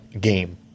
game